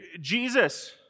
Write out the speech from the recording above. Jesus